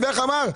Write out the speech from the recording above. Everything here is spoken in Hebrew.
הוא אמר,